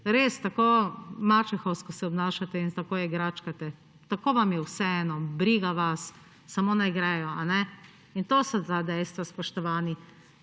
res tako mačehovsko obnašate in tako igračkate, tako vam je vseeno. Briga vas, samo naj grejo – a ne? In to so ta dejstva, spoštovani,